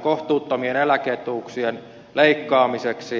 kohtuuttomien eläke etuuksien leikkaamiseksi